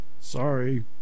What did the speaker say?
Sorry